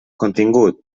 contingut